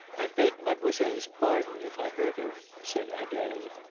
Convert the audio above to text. i beg mademoiselle's pardon if i hurt her, said adele.